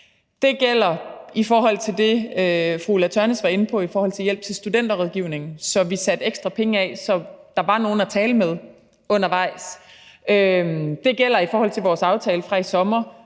Det gælder i forhold til det, fru Ulla Tørnæs var inde på, om hjælp til Studenterrådgivningen, så vi satte ekstra penge af, så der var nogen at tale med undervejs. Det gælder i forhold til vores aftale fra i sommer,